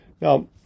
Now